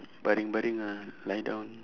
baring baring ah lie down